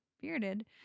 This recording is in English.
bearded